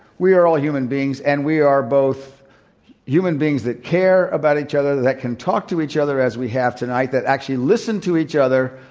we are all human beings, and we are both human beings that care about each other, that can talk to each other as we have tonight, that actually listen to each other.